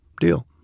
Deal